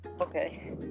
Okay